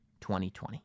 2020